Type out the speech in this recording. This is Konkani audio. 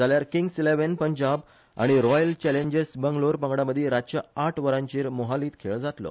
जाल्यार किंग्स इलेव्हन पंजाब आनी रॉयल चॅलेंजर्स बेंगलोर पंगडामदी रातच्या आठ वरांचेर मोहालींत खेळ जातलो